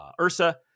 Ursa